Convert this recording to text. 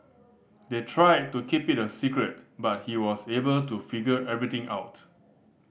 they tried to keep it a secret but he was able to figure everything out